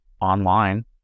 Online